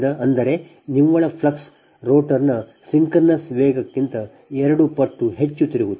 ಅಂದರೆ ನಿವ್ವಳ ಫ್ಲಕ್ಸ್ ರೋಟರ್ನ ಸಿಂಕ್ರೊನಸ್ ವೇಗಕ್ಕಿಂತ ಎರಡು ಪಟ್ಟು ತಿರುಗುತ್ತದೆ